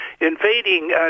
invading